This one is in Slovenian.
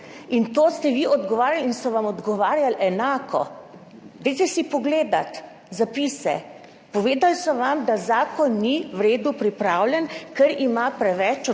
in to ste vi odgovarjali, in so vam odgovarjali enako. Dajte si pogledati zapise, povedali so vam, da zakon ni v redu pripravljen, ker ima preveč odprtih